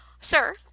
sir